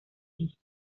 hijos